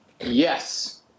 Yes